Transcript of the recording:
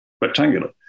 rectangular